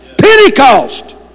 Pentecost